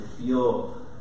feel